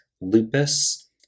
lupus